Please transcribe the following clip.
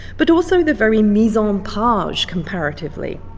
but also the very mise-en-page comparatively.